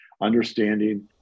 understanding